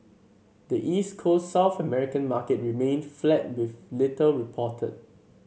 the East Coast South American market remained flat with little reported